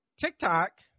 TikTok